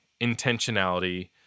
intentionality